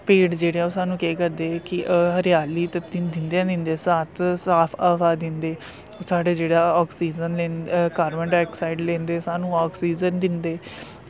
पेड़ जेह्ड़े ऐ ओह् साह्नू केह् करदे कि हरियाली ते दिंदे गै दिंदे साथ साथ हवा दिंदे साढ़ा जेह्ड़ा आक्सीजन लिन कार्बनडाईआक्साइड लैंदे साह्नू आक्सीजन दिंदे